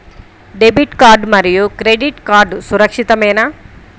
Debit card మరియు credit card సురక్షితమేనా?